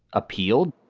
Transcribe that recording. appealed